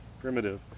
primitive